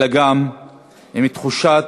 אלא גם עם תחושת